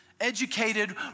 Educated